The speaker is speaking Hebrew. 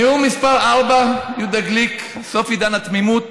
נאום מס' 4, יהודה גליק, סוף עידן התמימות